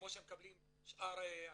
כמו שמקבלים שאר הקהילות,